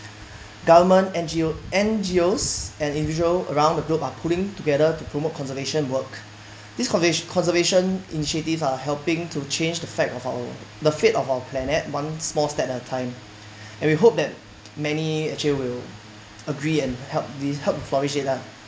government N_G~ N_G_Os and individual around the globe are pulling together to promote conservation work these con~ conservation initiatives are helping to change the fact of our the fate of our planet one small step at a time and we hope that many actually will agree and help these help to flourish it lah